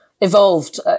evolved